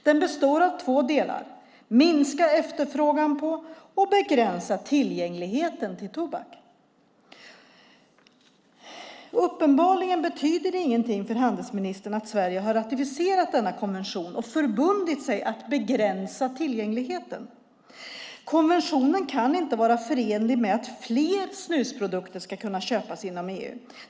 Den består av två delar, att minska efterfrågan på och begränsa tillgängligheten till tobak. Uppenbarligen betyder det ingenting för handelsministern att Sverige har ratificerat denna konvention och förbundit sig att begränsa tillgängligheten. Konventionen kan inte vara förenlig med att flera snusprodukter ska kunna köpas inom EU.